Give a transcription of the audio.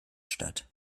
statt